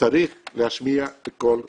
צריך להשמיע בקול רם.